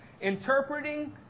interpreting